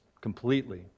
completely